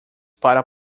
para